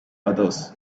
others